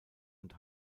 und